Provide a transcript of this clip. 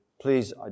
Please